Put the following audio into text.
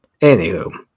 Anywho